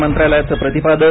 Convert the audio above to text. मंत्रालयाचं प्रतिपादन